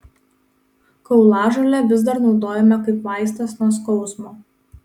kaulažolė vis dar naudojama kaip vaistas nuo skausmo